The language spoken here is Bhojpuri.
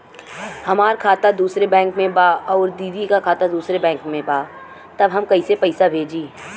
हमार खाता दूसरे बैंक में बा अउर दीदी का खाता दूसरे बैंक में बा तब हम कैसे पैसा भेजी?